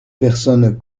personnes